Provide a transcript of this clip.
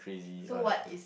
so what is